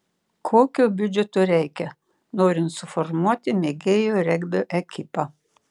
kokio biudžeto reikia norint suformuoti mėgėjų regbio ekipą